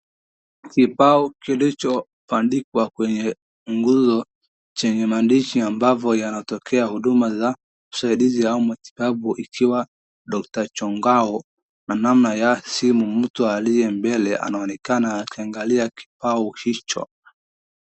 Kibao kilichobandikwa kwenye nguzo, chenye maandishi ambavyo yanatokea huduma za usaidizi au matibabu ikiwa Dokta Chongao na namna ya simu. Mtu aliye mbele anaonekana akiangalia kibao hicho.